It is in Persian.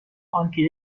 آنکه